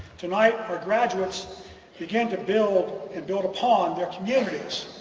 tonight our graduates begin to build and build upon their communities.